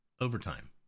overtime